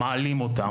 מעלים אותם.